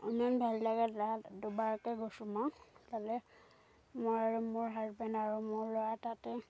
ইমান ভাল লাগে তাত দুবাৰকৈ গৈছোঁ মই তালৈ মই আৰু মোৰ হাজবেণ্ড আৰু মোৰ ল'ৰা তাতে